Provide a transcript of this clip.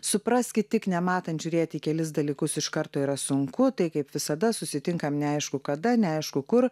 supraskit tik nematant žiūrėti į kelis dalykus iš karto yra sunku tai kaip visada susitinkam neaišku kada neaišku kur